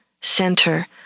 center